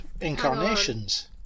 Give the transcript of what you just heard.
incarnations